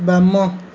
ବାମ